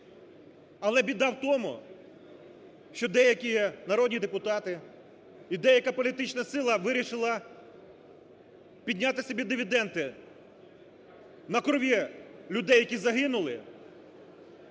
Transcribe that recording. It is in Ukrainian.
Але біда в тому, що деякі народні депутати і деяка політична сила вирішила підняти собі дивіденди на крові людей, які загинули,